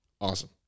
Awesome